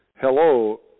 hello